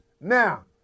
Now